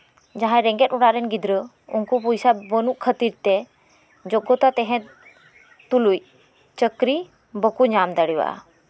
ᱡᱟᱦᱟᱸᱭ ᱨᱮᱸᱜᱮᱡ ᱚᱲᱟᱜ ᱨᱮᱱ ᱜᱤᱫᱽᱨᱟᱹ ᱩᱱᱠᱩ ᱯᱚᱭᱥᱟ ᱵᱟᱹᱱᱩᱜ ᱠᱷᱟᱹᱛᱤᱨ ᱛᱮ ᱡᱳᱜᱽᱜᱚᱛᱟ ᱛᱟᱦᱮᱸ ᱛᱩᱞᱩᱡ ᱪᱟᱹᱠᱨᱤ ᱵᱟᱠᱚ ᱧᱟᱢ ᱫᱟᱲᱮᱣᱟᱜᱼᱟ